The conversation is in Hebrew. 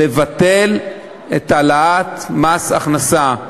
לבטל את העלאת מס הכנסה.